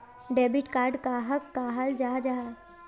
Debit card कहाक कहाल जाहा जाहा?